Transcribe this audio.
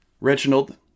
Reginald